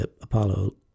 Apollo